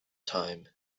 time